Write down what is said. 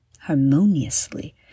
harmoniously